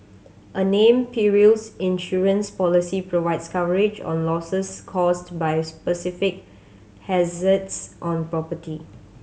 a named perils insurance policy provides coverage on losses caused by specific hazards on property